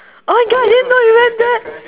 oh my god I didn't know you went there